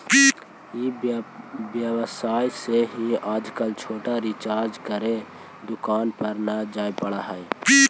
ई व्यवसाय से ही आजकल डाटा रिचार्ज करे दुकान पर न जाए पड़ऽ हई